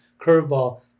curveball